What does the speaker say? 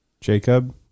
Jacob